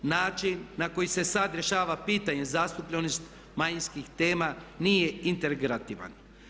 Način na koji se sada rješava pitanje zastupljenosti manjinskih tema nije integrativan.